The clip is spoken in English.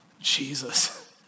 Jesus